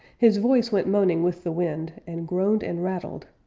his voice went moaning with the wind, and groaned and rattled,